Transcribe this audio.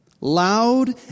Loud